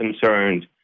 concerned